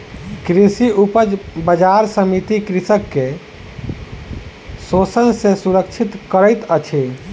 कृषि उपज बजार समिति कृषक के शोषण सॅ सुरक्षित करैत अछि